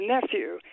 nephew